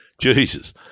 Jesus